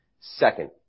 Second